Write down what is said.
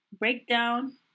Breakdown